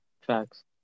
facts